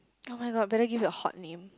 [oh]-my-god better give a hot name